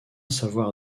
savoir